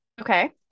Okay